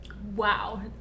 Wow